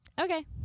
Okay